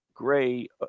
Gray